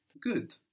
Good